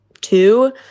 two